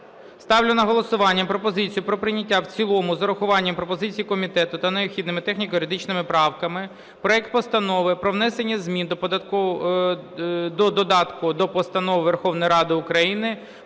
Ставлю на голосування пропозицію про прийняття в цілому з урахуванням пропозицій комітету та необхідними техніко-юридичними правками проект Постанови про внесення змін у додатку до Постанови Верховної Ради України